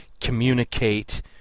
communicate